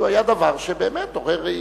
שהיה דבר שבאמת עורר התקוממות,